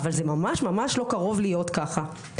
אבל זה ממש ממש לא קרוב להיות כך.